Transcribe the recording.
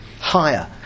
Higher